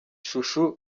chouchou